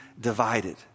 divided